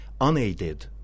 unaided